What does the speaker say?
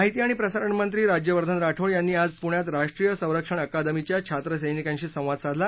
माहिती आणि प्रसारणमंत्री राज्यवर्धन राठोड यांनी आज पुण्यात राष्ट्रीय संरक्षण अकादमीच्या छात्रसैनिकांशी संवाद साधला